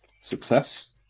success